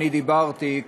דיברתי,